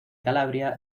calabria